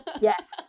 yes